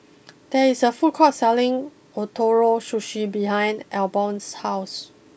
there is a food court selling Ootoro Sushi behind Albion's house